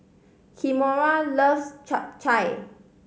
Kimora loves Chap Chai